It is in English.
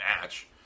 match